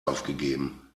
aufgegeben